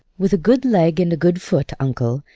with a good leg and a good foot, uncle,